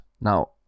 Now